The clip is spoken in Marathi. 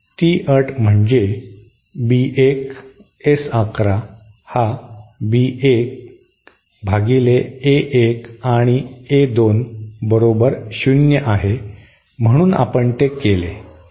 ती अट म्हणजे B 1 S 1 1 हा B 1 भागिले A 1 आणि A 2 बरोबर शून्य आहे म्हणून आपण ते केले